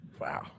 Wow